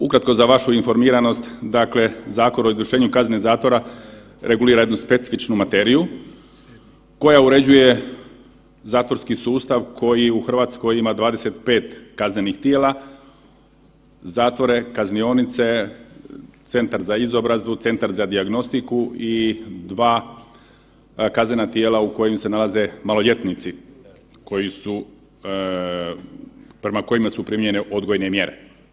Ukratko za vašu informiranost, dakle Zakon o izvršenju kazne zatvora regulira jednu specifičnu materiju koja uređuje zatvorski sustav koji u Hrvatskoj ima 25 kaznenih tijela, zatvore, kaznionice, centar za izobrazbu, centra za dijagnostiku i 2 kaznena tijela u kojima se nalaze maloljetnici koji su, prema kojima su primijenjene odgojne mjere.